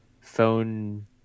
phone